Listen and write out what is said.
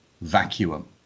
vacuum